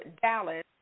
Dallas